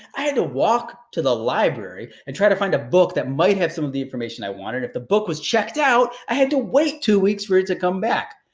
i had to walk to the library, and try to find a book that might have some of the information i wanted. if the book was checked out, i had to wait two weeks for it to come back.